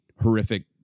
horrific